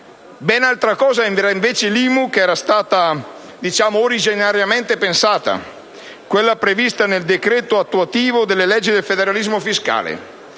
Ben altra cosa era invece l'IMU così come era originariamente pensata, quella prevista nel decreto attuativo delle leggi sul federalismo fiscale: